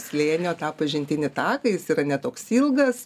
slėnio tą pažintinį taką jis yra ne toks ilgas